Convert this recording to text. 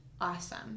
awesome